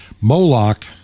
Moloch